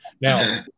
Now